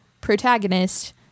protagonist